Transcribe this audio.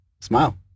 Smile